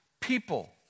People